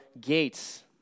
gates